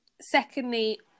secondly